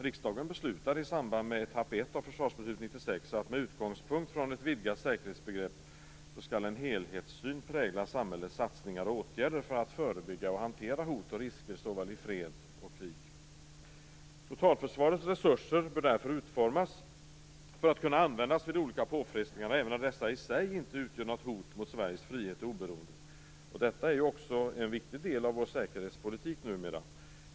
Riksdagen beslutade i samband med etapp 1 av 1996 års försvarsbeslut att med utgångspunkt i ett vidgat säkerhetsbegrepp en helhetssyn skall prägla samhällets satsningar och åtgärder för att förebygga och hantera hot och risker i såväl fred som krig. Totalförsvarets resurser bör därför utformas för att kunna användas vid olika påfrestningar även när dessa i sig inte utgör något hot mot Sveriges frihet och oberoende. Detta är numera också en viktig del av vår säkerhetspolitik.